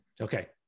Okay